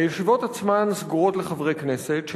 הישיבות עצמן סגורות לחברי כנסת,